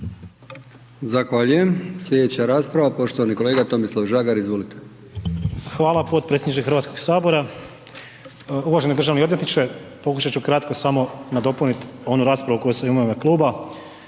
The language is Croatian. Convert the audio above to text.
Zahvaljujem. Slijedeća rasprava, poštovani kolega Tomislav Žagar, izvolite. **Žagar, Tomislav (HSU)** Hvala potpredsjedniče Hrvatskog sabora. Uvaženi državni odvjetniče, pokušat ću kratko samo nadopunit onu raspravu koju sam imao